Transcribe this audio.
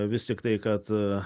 vis tik tai kad